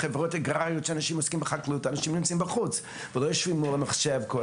למשל אנשים שעוסקים בחקלאות ונמצאים בחוץ ולא יושבים מול המחשב.